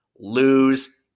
Lose